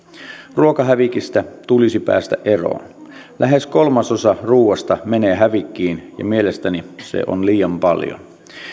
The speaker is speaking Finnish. ruokahävikistä tulisi päästä eroon lähes kolmasosa ruoasta menee hävikkiin ja mielestäni se on liian paljon